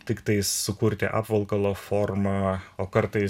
tiktai sukurti apvalkalo formą o kartais